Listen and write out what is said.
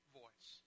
voice